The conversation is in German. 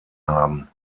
haben